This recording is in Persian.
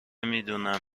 میدونم